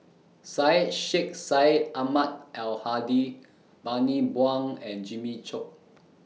Syed Sheikh Syed Ahmad Al Hadi Bani Buang and Jimmy Chok